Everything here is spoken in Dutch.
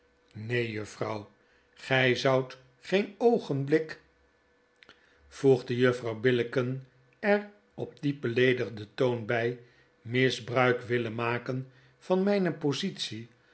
neen juffrouw gy zoudt geen oogenblik voegde juffrouw billicken er op diep beleedigden toon by misbruik willen maken van mijne positie